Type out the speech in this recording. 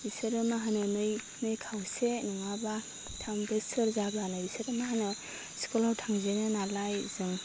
बिसोरो मा होनो नै नै खावसे नङाबा थाम बोसोर जाबानो बिसोर मा होनो स्कुलाव थांजेनो नालाय जों